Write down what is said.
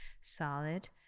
solid